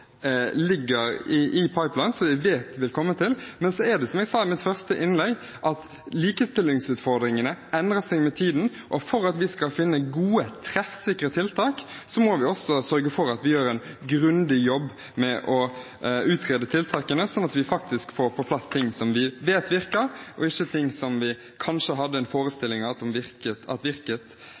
ligger i «pipeline», som vi vet vil komme til. Men så er det som jeg sa i mitt første innlegg, at likestillingsutfordringene endrer seg med tiden, og for at vi skal finne gode, treffsikre tiltak må vi også sørge for at vi gjør en grundig jobb med å utrede tiltakene, sånn at vi får på plass ting som vi vet virker, og ikke ting som vi kanskje hadde en forestilling om at virket